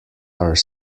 are